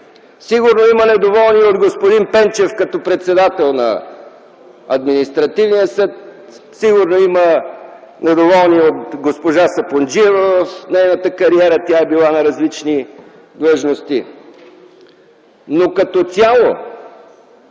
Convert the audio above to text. Сигурно има недоволни от господин Пенчев като председател на Административния съд, сигурно има недоволни и от госпожа Сапунджиева в нейната кариера, тя е била на различни длъжности. Като цяло